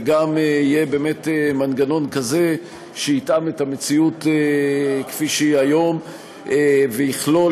וגם יתאם את המציאות כפי שהיא היום ויכלול